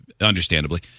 understandably